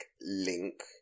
link